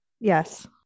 Yes